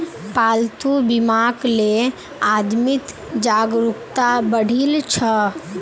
पालतू बीमाक ले आदमीत जागरूकता बढ़ील छ